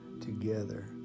together